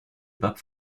pape